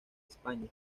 españa